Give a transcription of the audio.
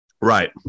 right